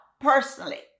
personally